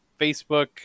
Facebook